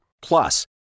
Plus